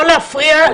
לא להפריע.